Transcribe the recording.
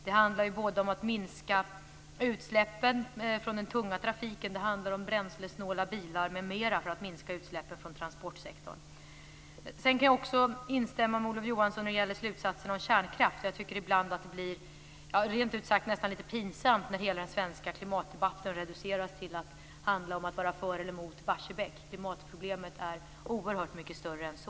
Det handlar ju både om att minska utsläppen från den tunga trafiken, och om bränslesnåla bilar m.m. för att minska utsläppen från transportsektorn. Jag kan också instämma med Olof Johansson när det gäller slutsatsen om kärnkraft. Ibland blir det rent ut sagt litet pinsamt när hela den svenska klimatdebatten reduceras till att handla om att vara för eller emot Barsebäck. Klimatproblemet är oerhört mycket större än så.